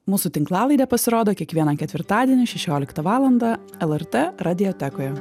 mūsų tinklalaidė pasirodo kiekvieną ketvirtadienį šešioliktą valandą lrt radijo atakoje